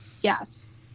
Yes